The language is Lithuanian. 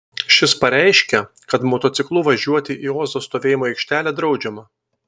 šis pareiškė kad motociklu važiuoti į ozo stovėjimo aikštelę draudžiama